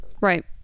Right